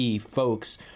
folks